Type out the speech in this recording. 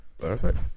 Perfect